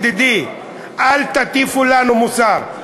ידידי, אל תטיפו לנו מוסר.